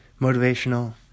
motivational